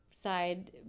side